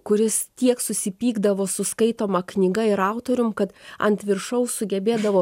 kuris tiek susipykdavo su skaitoma knyga ir autorium kad ant viršaus sugebėdavo